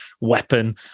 weapon